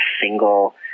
single